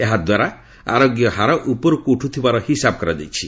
ଏହା ଦ୍ୱାରା ଆରୋଗ୍ୟ ହାର ଉପରକୁ ଉଠୁଥିବାର ହିସାବ କରାଯାଉଛି